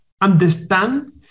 understand